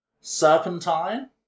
Serpentine